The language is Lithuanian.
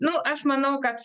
nu aš manau kad